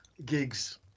gigs